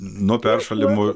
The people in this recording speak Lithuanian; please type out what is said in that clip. nuo peršalimo